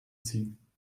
ziehen